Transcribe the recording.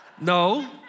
No